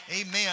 Amen